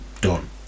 done